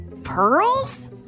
pearls